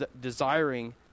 desiring